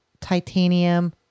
titanium